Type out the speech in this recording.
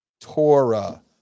Torah